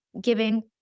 giving